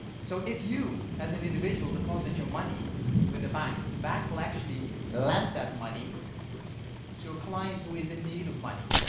so if you as an individual deposit your money with a bank, the bank will actually lend that money to a client who is in need of money.